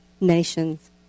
nations